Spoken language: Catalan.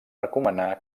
recomanar